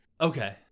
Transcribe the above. Okay